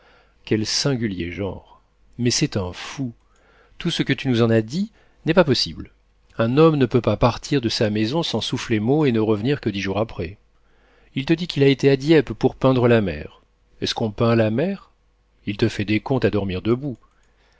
quel singulier genre mais c'est un fou tout ce que tu nous en as dit n'est pas possible un homme ne peut pas partir de sa maison sans souffler mot et ne revenir que dix jours après il te dit qu'il a été à dieppe pour peindre la mer est-ce qu'on peint la mer il te fait des contes à dormir debout